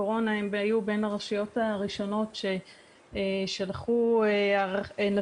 הקורונה הם היו בין הרשויות הראשונות שנתנו הארכה